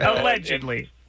Allegedly